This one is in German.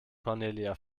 cornelia